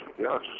yes